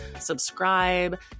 subscribe